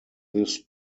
this